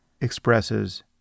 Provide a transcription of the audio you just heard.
expresses